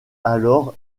alors